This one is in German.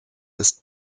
ist